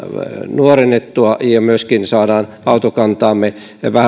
nuorennettua ja myöskin saadaan autokantaamme